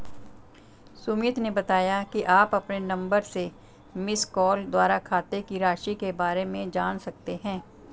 सुमित ने बताया कि आप अपने नंबर से मिसकॉल द्वारा खाते की राशि के बारे में जान सकते हैं